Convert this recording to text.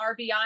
RBI